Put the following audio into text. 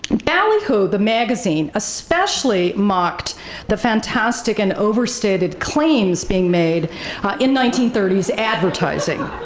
ballyhoo the magazine especially mocked the fantastic and overstated claims being made in nineteen thirty s advertising.